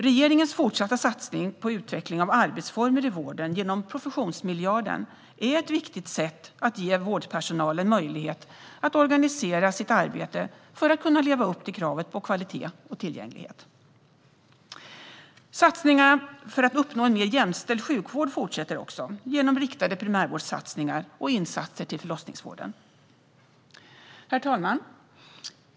Regeringens fortsatta satsning på utveckling av arbetsformer i vården genom professionsmiljarden är ett viktigt sätt att ge vårdpersonalen möjlighet att organisera sitt arbete för att kunna leva upp till kravet på kvalitet och tillgänglighet. Satsningar för att uppnå en mer jämställd sjukvård fortsätter också genom riktade primärvårdssatsningar och insatser i förlossningsvården. Herr talman!